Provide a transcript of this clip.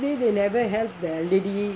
they never help the lady